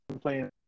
playing